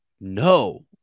No